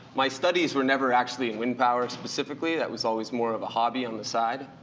my studies were never actually in wind power specifically. that was always more of a hobby on the side.